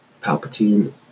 Palpatine